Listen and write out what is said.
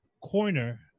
corner